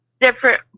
different